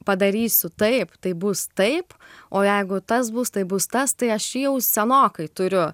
padarysiu taip taip bus taip o jeigu tas bus tas tai bus tas tai aš jį jau senokai turiu